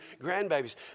grandbabies